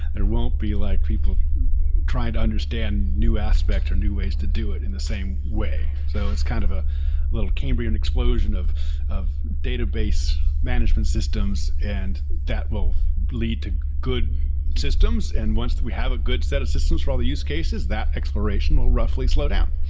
there won't be like people trying to understand new aspect or new ways to do it in the same way. so it's kind of a little cambrian explosion of of database management systems and that will lead to good systems. and once we have a good set of systems for all the use cases, that exploration will roughly slow down.